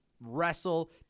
wrestle